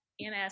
MS